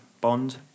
Bond